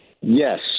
Yes